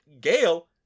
Gail